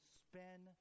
spend